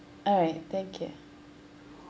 alright thank you